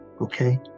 okay